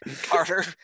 Carter